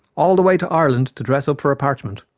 all the way to ireland to dress up for a parchment!